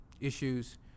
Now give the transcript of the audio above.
issues